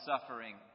suffering